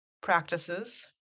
practices